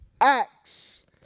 acts